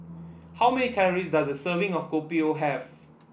how many calories does a serving of Kopi O have